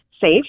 safe